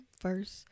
first